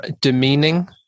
demeaning